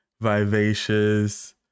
Vivacious